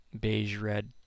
beige-red